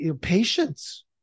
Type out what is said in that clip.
patience